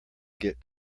get